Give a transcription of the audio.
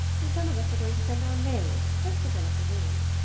and some of us are going to send our maids, just to fill up the room.